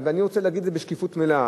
ואני רוצה להגיד את זה בשקיפות מלאה.